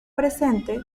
presente